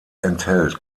enthält